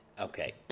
Okay